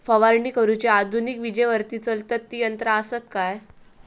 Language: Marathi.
फवारणी करुची आधुनिक विजेवरती चलतत ती यंत्रा आसत काय?